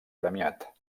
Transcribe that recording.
premiat